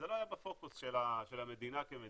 זה לא היה בפוקוס של המדינה כמדינה.